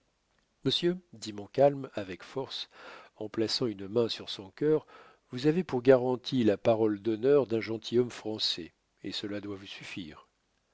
monsieur dit montcalm avec force en plaçant une main sur son cœur vous avez pour garantie la parole d'honneur d'un gentilhomme français et cela doit vous suffire